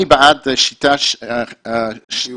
אני בעד שיטה חיובית,